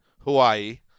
Hawaii